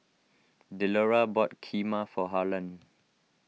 Delora bought Kheema for Harland